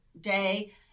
day